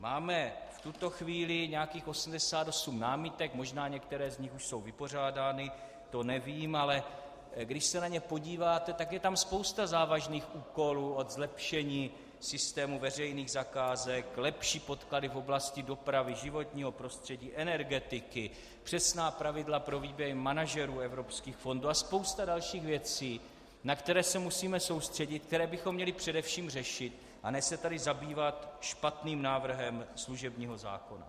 Máme v tuto chvíli nějakých 88 námitek, možná některé z nich jsou již vypořádány, to nevím, ale když se na ně podíváte, tak je tam spousta závažných úkolů a zlepšení systému veřejných zakázek, lepší podklady v oblasti dopravy, životního prostředí, energetiky, přesná pravidla pro výběr manažerů evropských fondů a spousta dalších věcí, na které se musíme soustředit, které bychom měli především řešit, a ne se tady zabývat špatným návrhem služebního zákona.